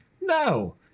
No